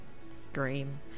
Scream